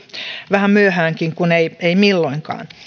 vähän myöhäänkin kuin ei milloinkaan